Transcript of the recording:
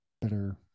better